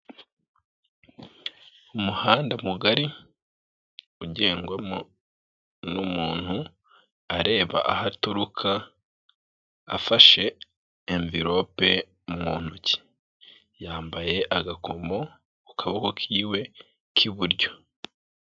Umuhanda mugari ugendwamo n'umuntu areba aho aturuka afashe emvirope mu ntoki. Yambaye agakomo ku kaboko k'iwe k'iburyo.